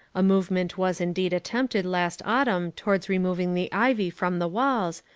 a movement was indeed attempted last autumn towards removing the ivy from the walls,